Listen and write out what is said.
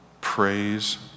Praise